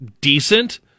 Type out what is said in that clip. decent